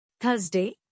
Thursday